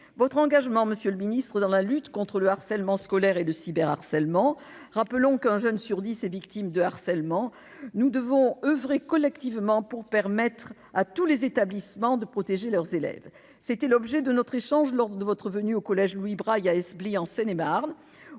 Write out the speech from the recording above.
votre engagement, monsieur le ministre, dans la lutte contre le harcèlement scolaire et le cyberharcèlement. Rappelons qu'un jeune sur dix est victime de harcèlement. Nous devons oeuvrer collectivement pour permettre à tous les établissements de protéger leurs élèves. C'était l'objet de notre échange lors de votre venue au collège Louis-Braille à Esbly, en Seine-et-Marne.